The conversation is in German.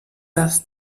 das